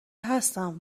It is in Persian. هستم